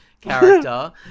character